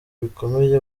bikomeye